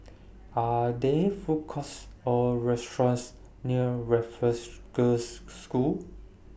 Are There Food Courts Or restaurants near Raffles Girls' School